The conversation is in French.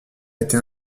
été